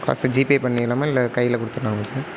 காசு ஜிபே பண்ணிடலாமா இல்லை கையில் கொடுத்துர்லாமா சார்